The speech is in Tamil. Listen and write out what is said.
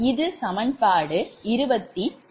இது சமன்பாடு 29